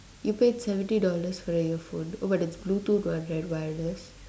you paid seventy dollars for your earphone oh but it's Bluetooth right the wireless